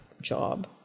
job